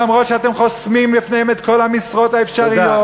למרות שאתם חוסמים בפניהם את כל המשרות האפשריות.